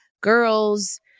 girls